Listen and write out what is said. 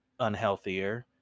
unhealthier